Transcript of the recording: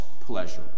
pleasure